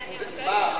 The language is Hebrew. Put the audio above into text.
הוא המציא את זה.